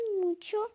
mucho